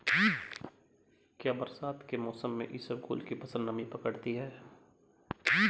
क्या बरसात के मौसम में इसबगोल की फसल नमी पकड़ती है?